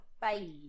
Bye